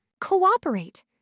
Cooperate